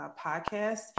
podcast